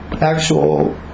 actual